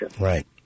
Right